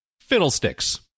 fiddlesticks